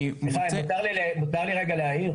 סליחה, מותר לי רגע להעיר?